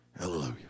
Hallelujah